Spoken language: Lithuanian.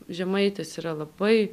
žemaitės yra labai